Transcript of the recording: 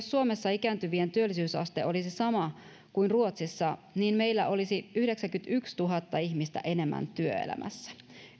suomessa ikääntyvien työllisyysaste olisi sama kuin ruotsissa meillä olisi yhdeksänkymmentätuhatta ihmistä enemmän työelämässä